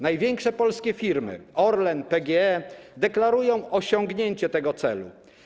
Największe polskie firmy: Orlen, PGE, deklarują osiągnięcie tego celu.